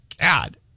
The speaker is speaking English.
God